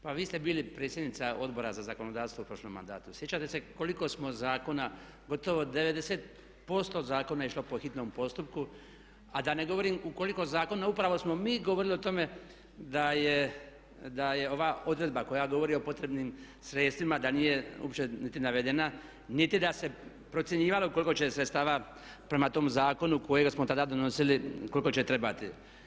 Pa vi ste bili predsjednica Odbora za zakonodavstvo u prošlom mandatu, sjećate se koliko smo zakona gotovo 90% zakona je išlo po hitnom postupku a da ne govorim u koliko zakona upravo smo mi govorili o tome da je ova odredba koja govori o potrebnim sredstvima da nije uopće niti navedena niti da se procjenjivalo koliko će sredstava prema tom zakonu kojega smo tada donosili koliko će trebati.